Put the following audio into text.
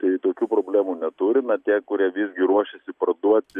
tai tokių problemų neturi na tie kurie visgi ruošiasi parduoti